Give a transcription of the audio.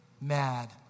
mad